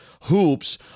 hoops